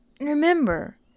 Remember